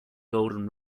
golden